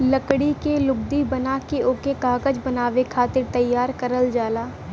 लकड़ी के लुगदी बना के ओके कागज बनावे खातिर तैयार करल जाला